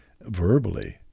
verbally